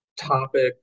topic